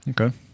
Okay